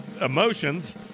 emotions